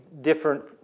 different